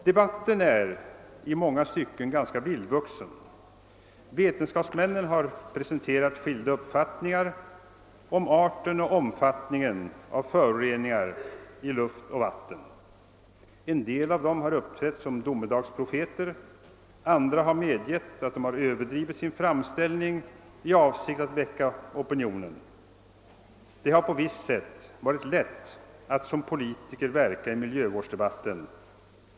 Debatten är i många stycken ganska vildvuxen. Vetenskapsmännen har presenterat skilda uppfattningar om arten och omfattningen av föroreningar i luft och vatten. En del av dem har uppträtt som domedagsprofeter, andra har medgivit att de överdrivit sin framställning i avsikt att väcka opinion. Det har på visst sätt varit lätt att som politiker verka i miljövårdsdebatten.